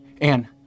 Anne